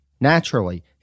Naturally